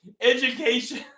education